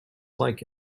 like